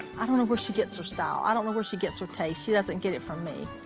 i don't know where she gets her style. i don't know where she gets her taste. she doesn't get it from me.